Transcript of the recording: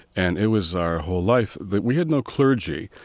and it was our whole life, that we had no clergy.